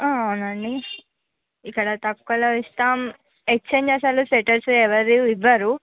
ఆ అవునండి ఇక్కడ తక్కువలో ఇస్తాం ఎక్సచెంజ్ అసలు స్వెటర్స్ ఎవ్వరు ఇవ్వరు